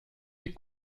des